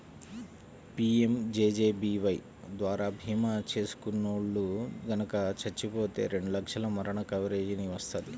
PMJJBY ద్వారా భీమా చేసుకున్నోల్లు గనక చచ్చిపోతే రెండు లక్షల మరణ కవరేజీని వత్తది